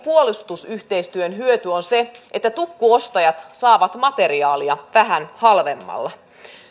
puolustusyhteistyön hyöty on se että tukkuostajat saavat materiaalia vähän halvemmalla